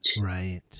Right